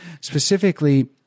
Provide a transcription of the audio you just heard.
specifically